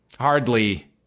Hardly